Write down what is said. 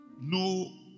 no